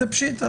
זה פשיטא.